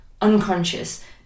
unconscious